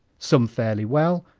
some fairly well,